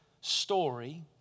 story